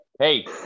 Hey